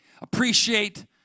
appreciate